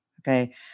Okay